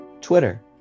twitter